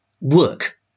work